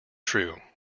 true